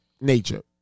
nature